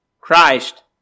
Christ